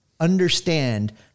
understand